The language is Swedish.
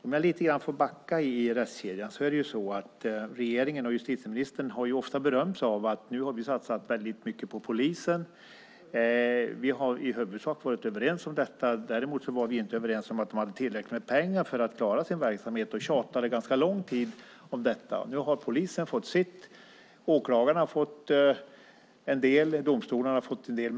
Om jag får backa lite i rättskedjan har regeringen och justitieministern ofta berömt sig av att de har satsat väldigt mycket på polisen. Vi har i huvudsak varit överens om detta. Däremot var vi inte överens om att de hade tillräckligt med pengar för att klara sin verksamhet, och vi tjatade ganska lång tid om detta. Nu har polisen fått sitt. Åklagarna har fått en del, och domstolarna har fått en del.